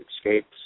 escapes